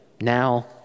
now